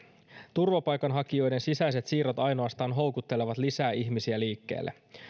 turvapaikanhakijoiden sisäiset siirrot ainoastaan houkuttelevat lisää ihmisiä liikkeelle